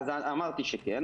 אמרתי שכן.